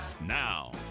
Now